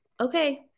okay